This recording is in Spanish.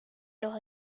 los